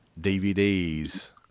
DVDs